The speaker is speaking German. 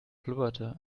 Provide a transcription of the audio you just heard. blubberte